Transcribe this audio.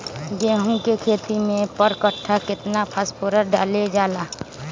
गेंहू के खेती में पर कट्ठा केतना फास्फोरस डाले जाला?